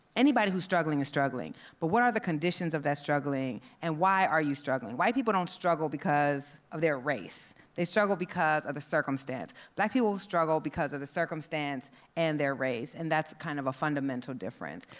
anybody who's struggling is struggling, but what are the conditions of that struggling, and why are you struggling? white people don't struggle because of their race, they struggle because of the circumstance, black people struggle because of the circumstance and their race, and that's kind of a fundamental difference.